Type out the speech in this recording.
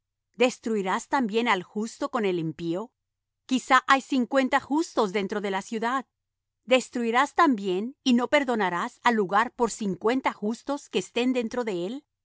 destruirás también al justo con el impío quizá hay cincuenta justos dentro de la ciudad destruirás también y no perdonarás al lugar por cincuenta justos que estén dentro de él